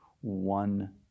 one